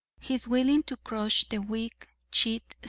he is willing to crush the weak, cheat,